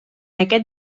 aquest